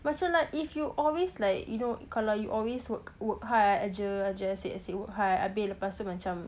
macam like if you always like you know kalau you always work work hard je asyik asyik work hard abeh lepas itu macam